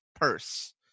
purse